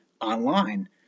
online